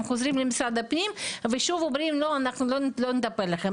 הם חוזרים למשרד הפנים ושוב אומרים: לא נטפל בכם.